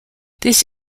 this